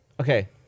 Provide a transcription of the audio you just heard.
Okay